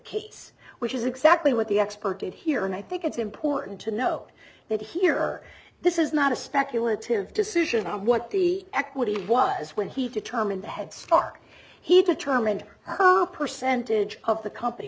case which is exactly what the expert did here and i think it's important to note that here this is not a speculative decision on what the equity was when he determined the headstock he determined percentage of the company